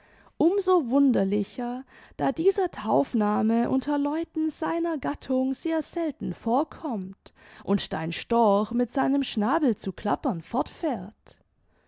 so wunderlicher da dieser taufname unter leuten seiner gattung sehr selten vorkommt und dein storch mit seinem schnabel zu klappern